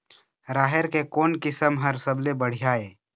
राहेर के कोन किस्म हर सबले बढ़िया ये?